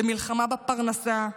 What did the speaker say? למלחמה בפרנסה,